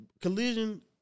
Collision